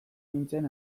nintzen